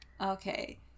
Okay